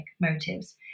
motives